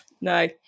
No